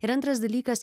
ir antras dalykas